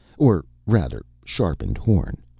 or rather sharpened horn.